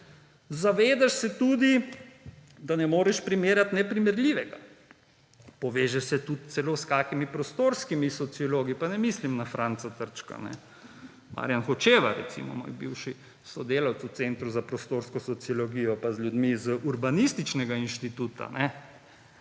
Zavedaš se tudi, da ne moraš primerjati neprimerljivega. Povežeš se celo s kakšnimi prostorskimi sociologi, pa ne mislim na Franca Trčka, Marjan Hočevar recimo, moj bivši sodelavec v Centru za prostorsko sociologijo, pa z ljudmi z Urbanističnega instituta,